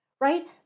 right